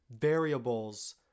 variables